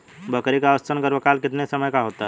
बकरी का औसतन गर्भकाल कितने समय का होता है?